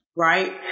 right